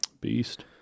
Beast